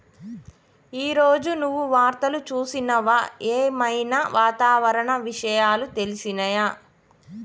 ఈ రోజు నువ్వు వార్తలు చూసినవా? ఏం ఐనా వాతావరణ విషయాలు తెలిసినయా?